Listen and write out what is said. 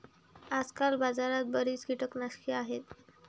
आजकाल बाजारात बरीच कीटकनाशके आहेत